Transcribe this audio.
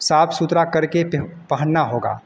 साफ सुथरा करके प पहनना होगा